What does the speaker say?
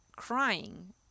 crying